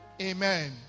Amen